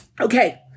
okay